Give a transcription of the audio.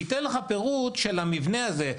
שייתן לך פירוט של המבנה הזה.